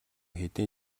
хэдийн